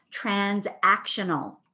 transactional